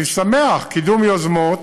אני שמח, קידום יוזמות